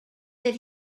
that